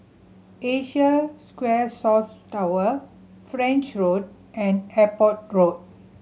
Asia Square South Tower French Road and Airport Road